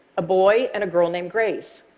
a boy, and a girl named grace.